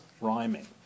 rhyming